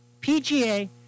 PGA